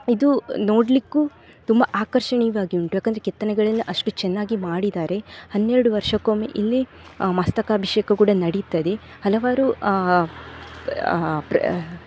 ಇದು ನೋಡ್ಲಿಕ್ಕೂ ತುಂಬ ಆಕರ್ಷಣೀವಾಗಿ ಉಂಟು ಯಾಕಂದರೆ ಕೆತ್ತನೆಗಳೆಲ್ಲ ಅಷ್ಟು ಚೆನ್ನಾಗಿ ಮಾಡಿದ್ದಾರೆ ಹನ್ನೆರಡು ವರ್ಷಕ್ಕೊಮ್ಮೆ ಇಲ್ಲಿ ಮಸ್ತಕಾಭಿಷೇಕ ಕೂಡ ನಡೀತದೆ ಹಲವಾರು ಪ್ರ